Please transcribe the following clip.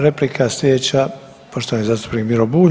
Replika slijedeća, poštovani zastupnik Miro Bulj.